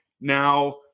now